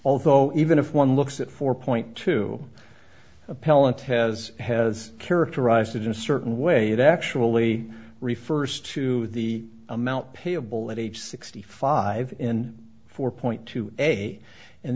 although even if one looks at four point too appellant has has characterized it in a certain way it actually refers to the amount payable at age sixty five in four point two eight and